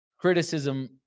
criticism